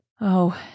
Oh